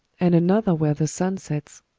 and another where the sun sets,